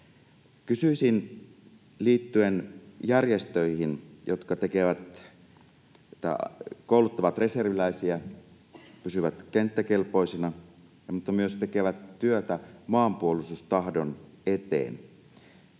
Kysyisin liittyen järjestöihin, jotka kouluttavat reserviläisiä, jotta nämä pysyvät kenttäkelpoisina, mutta jotka myös tekevät työtä maanpuolustustahdon eteen: